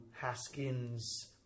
Haskins